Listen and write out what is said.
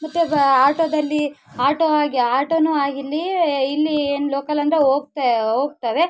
ಮತ್ತೆ ಬಾ ಆಟೋದಲ್ಲಿ ಆಟೋ ಆಗಿ ಆ ಆಟೋನು ಆಗಿರಲಿ ಇಲ್ಲಿ ಏನು ಲೋಕಲ್ ಅಂದರೆ ಹೋಗ್ತೆ ಹೋಗ್ತೇವೆ